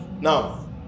Now